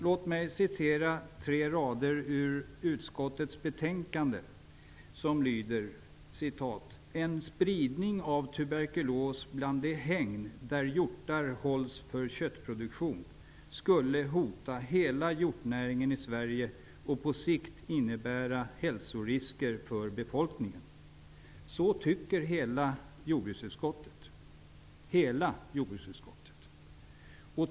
Låt mig citera några rader ur utskottets betänkande: En spridning av tuberkulos bland de hägn där hjortar hålls för köttproduktion skulle hota hela hjortnäringen i Sverige och på sikt innebära hälsorisker för befolkningen. Så tycker hela jordbruksutskottet.